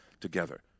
together